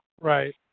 Right